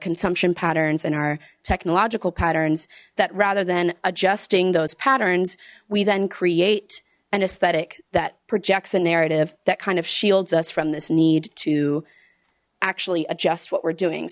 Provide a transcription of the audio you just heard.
consumption patterns and our technological pattern that rather than adjusting those patterns we then create an aesthetic that projects a narrative that kind of shields us from this need to actually adjust what we're doing